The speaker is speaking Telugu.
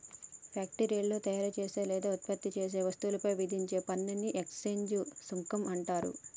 ఫ్యాక్టరీలో తయారుచేసే లేదా ఉత్పత్తి చేసే వస్తువులపై విధించే పన్నుని ఎక్సైజ్ సుంకం అంటరు